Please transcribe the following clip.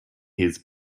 his